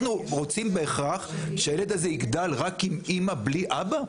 אנחנו רוצים בהכרח שהילד הזה יגדל רק עם אמא בלי אבא?